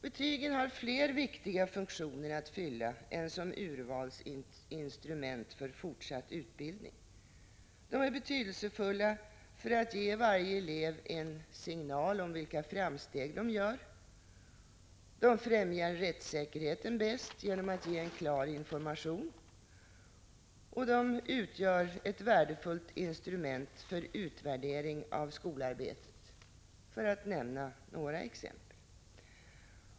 Betygen har fler viktiga funktioner att fylla än som urvalsinstrument för fortsatt utbildning. De är betydelsefulla för att ge varje elev en signal om vilka framsteg som görs, de främjar rättssäkerheten bäst genom att de ger en klar information och de utgör ett värdefullt instrument för utvärdering av skolarbetet — för att nämna några exempel.